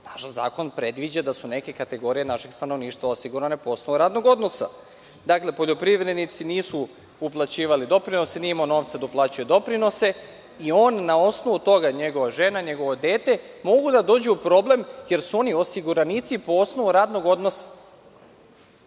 Zakon predviđa da su neke kategorije našeg stanovništva osigurane po osnovu radnog odnosa. Dakle, poljoprivrednici nisu uplaćivali doprinose, nije imao novca da uplaćuje doprinose i na osnovu toga njegova žena i njegovo dete mogu da dođu u problem jer su oni osiguranici po osnovu radnog odnosa.